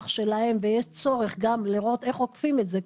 שלהם ויש צורך גם לראות איך אוכפים את זה,